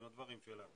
עם הדברים שלה.